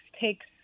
takes